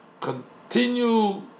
continue